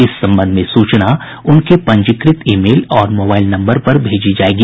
इस संबंध में सूचना उनके पंजीकृत ईमेल और मोबाइल नंबर पर भी भेजी जायेगी